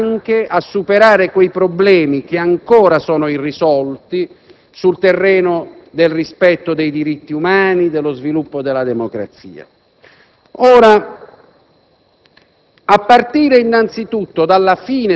ed io mi auguro che aiuti quel Paese anche a superare i problemi ancora irrisolti sul terreno del rispetto dei diritti umani e dello sviluppo della democrazia.